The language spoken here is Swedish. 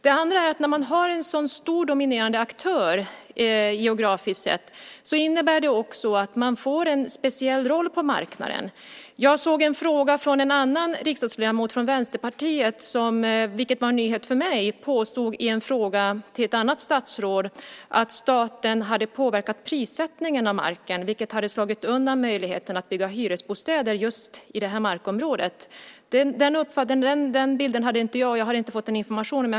Med en så stor och geografiskt sett dominerande aktör får denna aktör en speciell roll på marknaden. Jag har sett att en annan riksdagsledamot från Vänsterpartiet har ställt en fråga. Ledamoten påstod i en fråga till ett annat statsråd - vilket var en nyhet för mig - att staten hade påverkat prissättningen av marken, vilket hade slagit undan möjligheten att bygga hyresbostäder i det markområdet. Den bilden hade inte jag, och jag hade inte fått den informationen.